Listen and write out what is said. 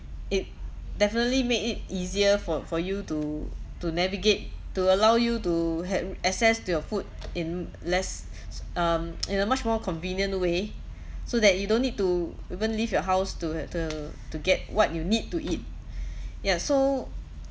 it definitely made it easier for for you to to navigate to allow you to have access to your food in less s~ um in a much more convenient way so that you don't need to even leave your house to have to to get what you need to eat ya so